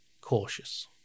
cautious